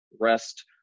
rest